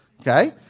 okay